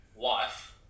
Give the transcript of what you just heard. life